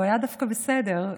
הוא היה דווקא בסדר,